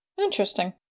Interesting